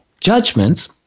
judgments